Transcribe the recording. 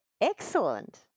Excellent